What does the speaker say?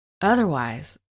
Otherwise